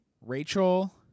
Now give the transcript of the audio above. Rachel